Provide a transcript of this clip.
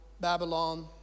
Babylon